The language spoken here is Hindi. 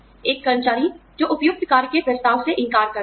एक कर्मचारी जो उपयुक्त कार्य के प्रस्ताव से इनकार करता है